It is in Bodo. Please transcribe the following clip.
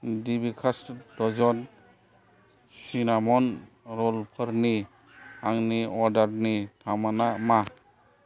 दि बेकार्स द'जन सिनाम'न रलफोरनि आंनि अर्डारनि थामाना मा